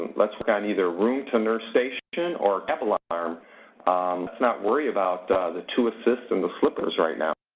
let's work on either roomtonursestation or tabalarm. let's not worry about the two assists and the slippers right now.